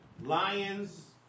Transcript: Lions